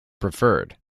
preferred